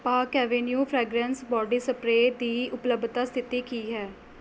ਪਾਕ Avenue fragrance body spray ਦੀ ਉਪਲਬਧਤਾ ਸਥਿਤੀ ਕੀ ਹੈ